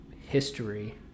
history